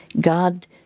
God